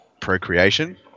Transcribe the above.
procreation